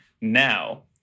Now